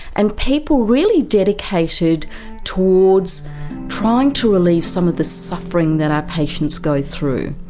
and people really dedicated towards trying to relieve some of the suffering that our patients go through.